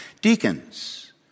Deacons